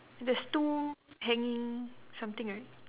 there's two hanging something right